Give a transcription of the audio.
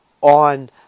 on